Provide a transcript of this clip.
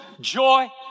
joy